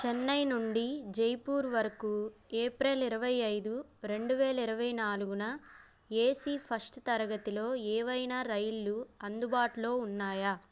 చెన్నై నుండి జైపూర్ వరకు ఏప్రిల్ ఇరవై ఐదు రెండు వేల ఇరవై నాలుగున ఏసీ ఫస్ట్ తరగతిలో ఏవైనా రైళ్లు అందుబాటులో ఉన్నాయా